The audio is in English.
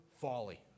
folly